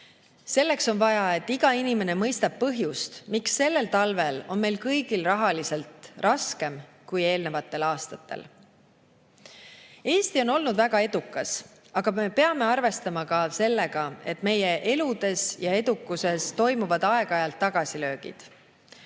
Selleks on vaja, et iga inimene mõistab põhjust, miks sellel talvel on meil kõigil rahaliselt raskem kui eelnevatel aastatel. Eesti on olnud väga edukas, aga me peame arvestama ka sellega, et meie elus ja edukuses toimuvad aeg-ajalt tagasilöögid.